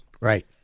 Right